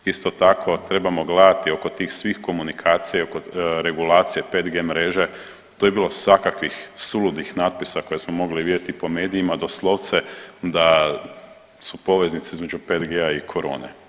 Isto tako trebamo gledati oko tih svih komunikacija i oko regulacije 5G mreže tu je bilo svakakvih suludih natpisa koje smo mogli vidjeti po medijima doslovce da su poveznice između 5G-a i korone.